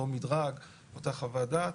אותו מדרג, אותה חוות דעת.